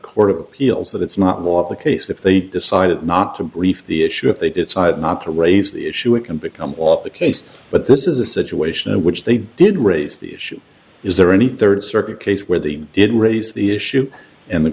court of appeals that it's not was the case if they decided not to brief the issue if they decide not to raise the issue it can become off the case but this is a situation in which they did raise the issue is there any third circuit case where they didn't raise the issue in the